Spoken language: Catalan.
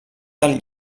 del